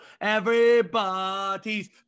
Everybody's